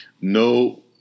no